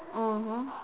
mmhmm